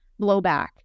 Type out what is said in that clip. blowback